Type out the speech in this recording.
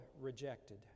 rejected